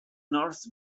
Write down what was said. north